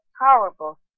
horrible